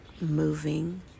moving